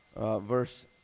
verse